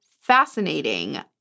fascinating